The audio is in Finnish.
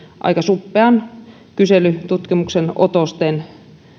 aika suppean kyselytutkimuksen otosten